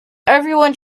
everyone